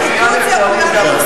התכוונתי לסיעת הקואליציה הגדולה.